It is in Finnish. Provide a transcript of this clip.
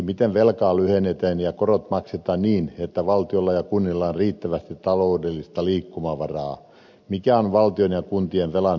miten velkaa lyhennetään ja korot maksetaan niin että valtiolla ja kunnilla on riittävästi taloudellista liikkumavaraa mikä on valtion ja kuntien velan hyväksyttävä taso